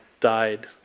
died